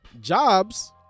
Jobs